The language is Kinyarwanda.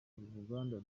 ruganda